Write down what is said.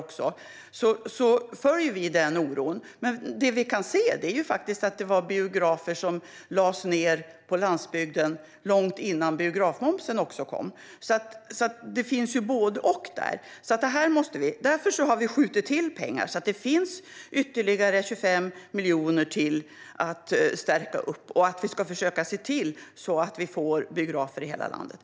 Vi följer den oron, men det vi kan se är faktiskt att biografer på landsbygden lades ned också långt innan biografmomsen kom. Där finns alltså både och. Därför har vi skjutit till pengar så att det finns ytterligare 25 miljoner till att stärka upp och försöka se till att vi får biografer i hela landet.